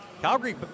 Calgary